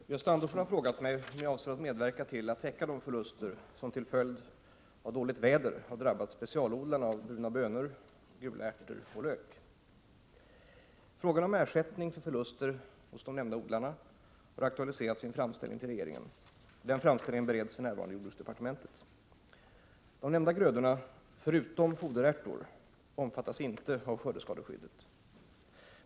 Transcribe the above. Herr talman! Gösta Andersson har frågat mig om jag avser att medverka till att täcka de förluster som till följd av dåligt väder drabbat specialodlarna av bruna bönor, gula ärtor och lök. Frågan om ersättning för förluster hos nämnda odlare har aktualiserats i en framställning till regeringen. Framställningen bereds för närvarande i jordbruksdepartementet. De nämnda grödorna, förutom foderärtor, omfattas inte av skördeskadeskyddet.